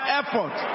effort